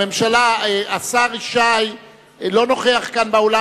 השר ישי לא נוכח כאן, באולם.